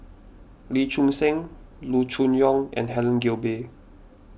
Lee Choon Seng Loo Choon Yong and Helen Gilbey